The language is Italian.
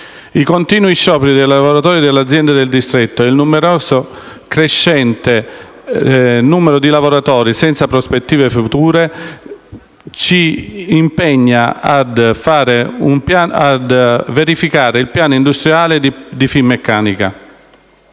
I continui scioperi dei lavoratori delle aziende del distretto e il numero crescente dei lavoratori senza prospettive future ci impegnano a verificare il piano industriale di Finmeccanica.